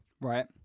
Right